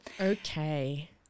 Okay